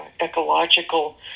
ecological